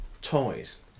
Toys